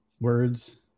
words